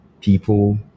people